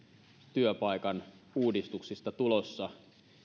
työpaikan uudistuksista tulossa